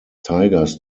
tigers